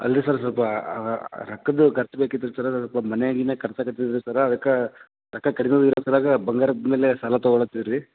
ಅಲ್ಲ ರೀ ಸರ್ ಸ್ವಲ್ಪ ರೊಕ್ಕದ್ದು ಖರ್ಚು ಬೇಕಿತ್ತು ರಿ ಸರ್ ಮನೆ ಗಿನೆ ಕಟ್ಸಕತ್ತಿವಿ ರೀ ಸರ ಅದಕ್ಕೆ ರೊಕ್ಕ ಕಡಿಮೆ ಬೀಳೋ ಸಲ್ವಾಗ ಬಂಗಾರದ ಮೇಲೆ ಸಾಲ ತೊಗೊಳತ್ತೀವಿ ರೀ